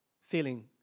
feeling